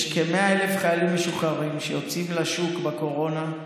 יש כ-100,000 חיילים משוחררים שיוצאים לשוק בקורונה,